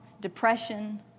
depression